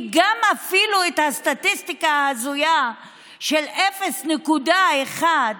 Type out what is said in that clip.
כי אפילו הסטטיסטיקה ההזויה של 0.1%,